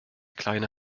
kleine